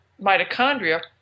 mitochondria